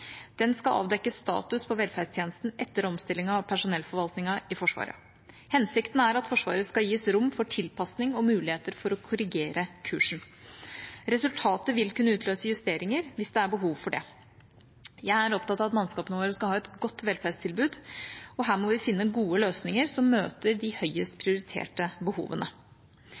Den skal avdekke status for velferdstjenesten etter omstillingen av personellforvaltningen i Forsvaret. Hensikten er at Forsvaret skal gis rom for tilpasning og muligheter for å korrigere kursen. Resultatet vil kunne utløse justeringer hvis det er behov for det. Jeg er opptatt av at mannskapene våre skal ha et godt velferdstilbud. Her må vi finne gode løsninger som møter de høyest prioriterte behovene.